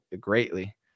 greatly